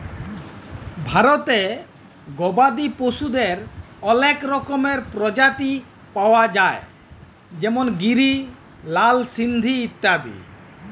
ভারতে গবাদি পশুদের অলেক রকমের প্রজাতি পায়া যায় যেমল গিরি, লাল সিন্ধি ইত্যাদি